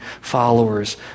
followers